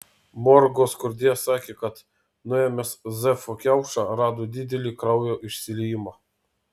morgo skrodėjas sakė kad nuėmęs zefo kiaušą rado didelį kraujo išsiliejimą